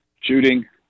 shooting